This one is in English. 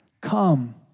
Come